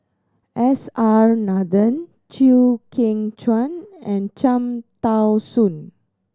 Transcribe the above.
S R Nathan Chew Kheng Chuan and Cham Tao Soon